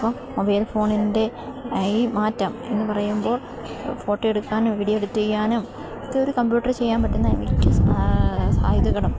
അപ്പം മൊബൈൽ ഫോണിൻ്റെ ഈ മാറ്റമെന്ന് പറയുമ്പോൾ ഫോട്ടോ എടുക്കാനും വീഡിയോ എഡിറ്റ് ചെയ്യാനുമൊക്കെ ഒരു കമ്പ്യൂട്ടറിന് ചെയ്യാൻ പറ്റുന്ന മിക്ക സാധ്യതകളും